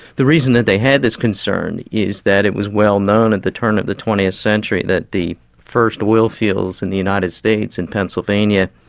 the reason that they had this concern is that it was well-known at the turn of the twentieth century that the first oilfields in the united states, in pennsylvania,